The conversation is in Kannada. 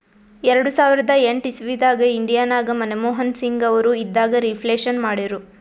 ಎರಡು ಸಾವಿರದ ಎಂಟ್ ಇಸವಿದಾಗ್ ಇಂಡಿಯಾ ನಾಗ್ ಮನಮೋಹನ್ ಸಿಂಗ್ ಅವರು ಇದ್ದಾಗ ರಿಫ್ಲೇಷನ್ ಮಾಡಿರು